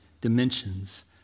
dimensions